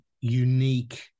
unique